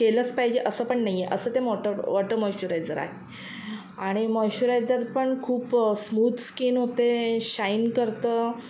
केलंच पाहिजे असं पण नाही आहे असं ते मॉटर वॉटर मॉइच्युरायजर आहे आणि मॉइच्युरायजर पण खूप स्मूथ स्कीन होते शाईन करतं